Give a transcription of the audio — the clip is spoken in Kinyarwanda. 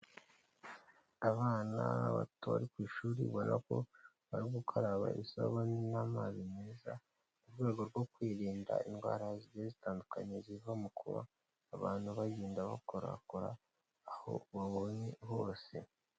Abana bato bari ku ishuri ubona ko bari gukaraba isabune n'amazi meza, mu rwego rwo kwirinda indwara zigiye zitandukanye ziva mu kuba abantu bagenda bakorakora aho babonye hose.